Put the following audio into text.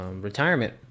Retirement